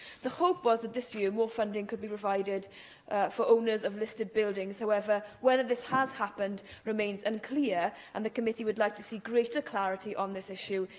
the hope was that, this year, more funding could be provided for owners of listed buildings. however, whether this has happened remains unclear, and the committee would like to see greater clarity on this issue,